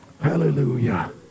Hallelujah